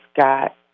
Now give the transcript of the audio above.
got